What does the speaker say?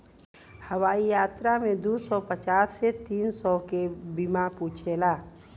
हवाई यात्रा में दू सौ पचास से तीन सौ के बीमा पूछेला